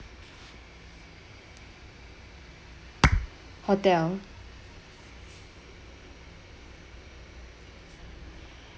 hotel